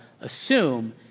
assume